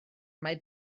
mae